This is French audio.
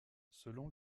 selon